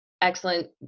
excellent